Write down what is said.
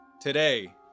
Today